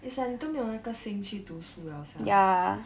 it's like 你都没有那个心去读书了 sia